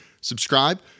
Subscribe